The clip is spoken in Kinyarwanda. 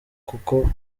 kuko